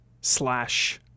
slash